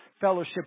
fellowship